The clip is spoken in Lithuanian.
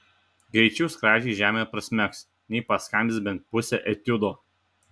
greičiau skradžiai žemę prasmegs nei paskambins bent pusę etiudo